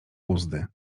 uzdy